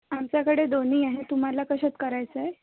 आमच्याकडे दोन्ही आहे तुम्हाला कशात करायचं आहे